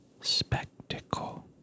spectacle